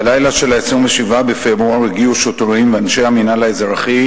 בלילה של 27 בפברואר הגיעו שוטרים ואנשי המינהל האזרחי